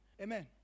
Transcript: Amen